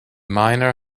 miner